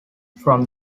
from